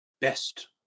Best